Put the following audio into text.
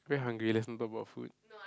very hungry lets not talk about food